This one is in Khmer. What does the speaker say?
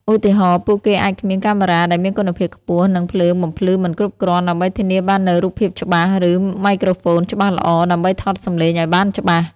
ឧទាហរណ៍ ពួកគេអាចគ្មានកាមេរ៉ាដែលមានគុណភាពខ្ពស់ និងភ្លើងបំភ្លឺមិនគ្រប់គ្រាន់ ដើម្បីធានាបាននូវរូបភាពច្បាស់ ឬ មីក្រូហ្វូនច្បាស់ល្អ ដើម្បីថតសំឡេងឲ្យបានច្បាស់។